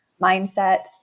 mindset